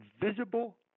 visible